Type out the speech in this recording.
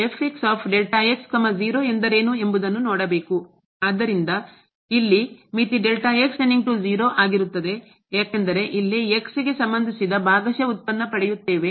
ಆದ್ದರಿಂದ ಇಲ್ಲಿ ಮಿತಿ ಯಾಗಿರುತ್ತದೆ ಏಕೆಂದರೆ ಇಲ್ಲಿ x ಗೆ ಸಂಬಂಧಿಸಿದ ಭಾಗಶಃ ಉತ್ಪನ್ನ ಪಡೆಯುತ್ತೇವೆ